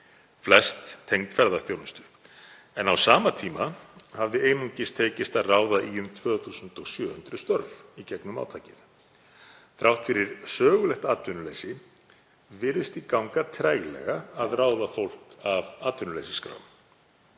flest tengd ferðaþjónustu, en á sama tíma hafði einungis tekist að ráða í um 2.700 störf í gegnum átakið. Þrátt fyrir sögulegt atvinnuleysi virðist því ganga treglega að ráða fólk af atvinnuleysisskrá.